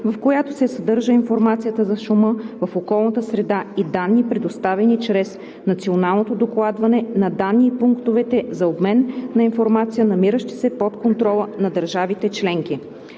в която се съдържат информация за шума в околната среда и данни, предоставени чрез националното докладване на данни и пунктовете за обмен на информация, намиращи се под контрола на държавите членки.“